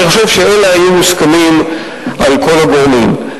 אני חושב שאלה היו מוסכמים על כל הגורמים.